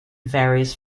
various